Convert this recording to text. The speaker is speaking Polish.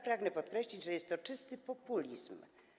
Pragnę podkreślić, że jest to czysty populizm.